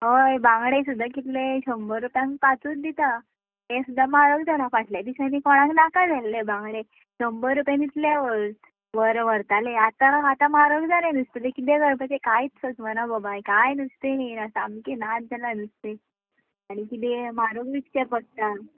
हय बांगडे सुद्दां कितले शंबर रुपयान पांचूच दिता ते सुद्दां म्हारग जाल्या फाटल्या दिसांनी कोणाक नाका जाल्ले बांगडे शंबर रुपयान इतले व्हर व्हर व्हरताले आतां आतां म्हारग जाले नुस्तें ते कितें करपाचे कांंयच सजमना गो बाय काय नुस्तें येना सामके नाच्च जाला नुस्तें आनी कितें म्हारग विकचे पडटा